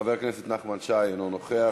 חבר הכנסת נחמן שי, אינו נוכח.